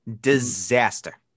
Disaster